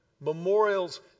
Memorials